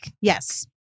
yes